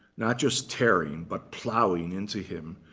not just tearing, but plowing into him,